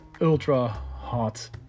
ultra-hot